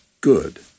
good